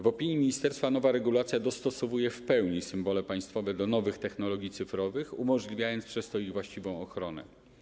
W opinii ministerstwa nowa regulacja dostosowuje w pełni symbole państwowe do nowych technologii cyfrowych, umożliwiając przez to ich właściwą ochronę.